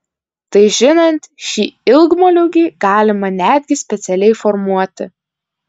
tai žinant šį ilgmoliūgį galima netgi specialiai formuoti